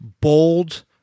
bold